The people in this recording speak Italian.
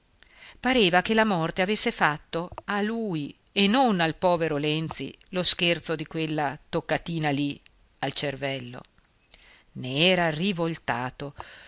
pareva che la morte avesse fatto a lui e non al povero lenzi lo scherzo di quella toccatina lì al cervello n'era rivoltato